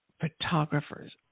photographers